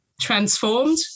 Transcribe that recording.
Transformed